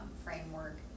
framework